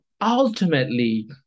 ultimately